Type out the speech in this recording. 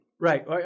Right